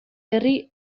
berri